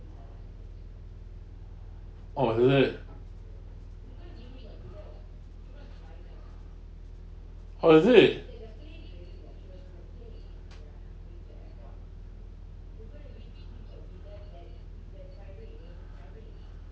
oh that oh is it